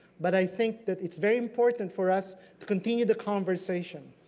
but i think that it's very important for us to continue the conversation.